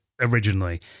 originally